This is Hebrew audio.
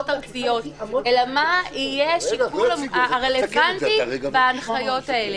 ארציות אלא מה יהיה השיקול הרלוונטי בהנחיות האלה.